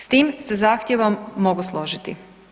S tim se zahtjevom mogu složiti.